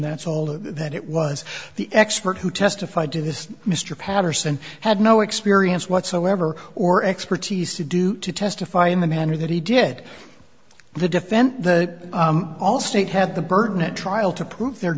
that's all that it was the expert who testified to this mr patterson had no experience whatsoever or expertise to do to testify in the manner that he did the defense that all state had the burden a trial to prove their